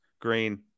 Green